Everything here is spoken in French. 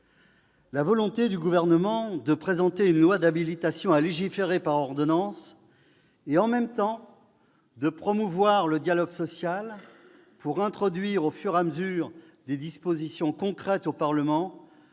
La volonté du Gouvernement de présenter un projet de loi d'habilitation à légiférer par ordonnances, tout en promouvant le dialogue social pour introduire au fur et à mesure des dispositions concrètes devant